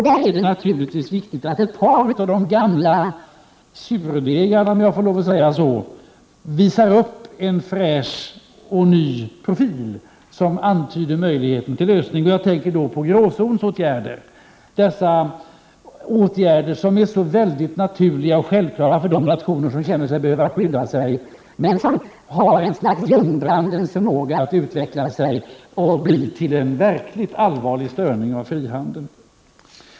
Det är då naturligtvis viktigt att ett par av de gamla surdegarna — om jag får lov att säga så — visar upp en fräsch och ny profil som antyder möjligeter till lösningar. Jag tänker på gråzonsåtgärder. Dessa åtgärder är mycket naturliga och självkara för de nationer som känner ett behov av att skydda sig, men de har något av ljungbrandens förmåga att utveckla sig, och kan bli en verkligt allvarlig störning i frihandeln.